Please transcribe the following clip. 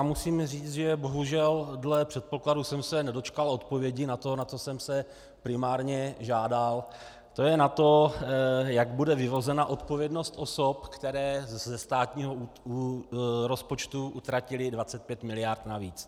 Musím říct, že bohužel dle předpokladu jsem se nedočkal odpovědi na to, na co jsem primárně žádal, to je na to, jak bude vyvozena odpovědnost osob, které ze státního rozpočtu utratily 25 miliard navíc.